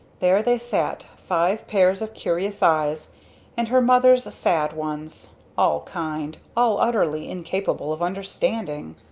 there they sat five pairs of curious eyes and her mother's sad ones all kind all utterly incapable of understanding.